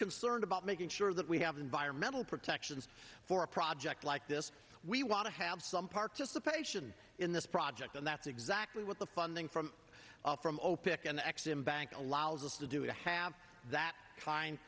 concerned about making sure that we have environmental protections for a project like this we want to have some participation in this project and that's exactly what the funding from from zero pick and ex him bank allows us to do to have that kin